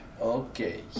Okay